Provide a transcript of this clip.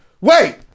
wait